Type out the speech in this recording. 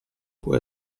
può